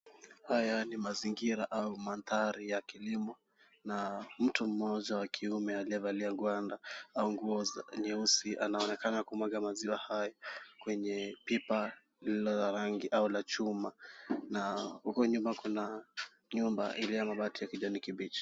Haya ni mazingira au mandhari ya kilimo na mtu mmoja wa kiume aliyevalia gwanda au nguo nyeusi anaonekana kumwaga maziwa haya kwenye pipa lililo la rangi au la chuma na huko nyuma kuna nyumba iliyo na mabati ya kijani kibichi.